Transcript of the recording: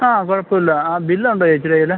ആ കുഴപ്പമില്ല ആ ബില്ലൊണ്ടോ ചേച്ചിയുടെ കയ്യില്